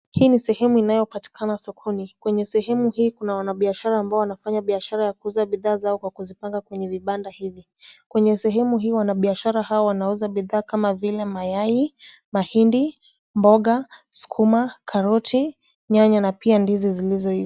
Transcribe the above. Hii ni sehemu inayopatikana sokoni. Kwenye sehemu hii kuna wanabiashara ambao wanafanya biashara ya kuuza bidhaa zao kwenye vibanda hivi. Kwenye sehemu hii wanabiashara wanauza bidhaa kama vile mayai, mahindi, mboga, sukuma, karoti, nyanya na pia ndizi zilizoiva.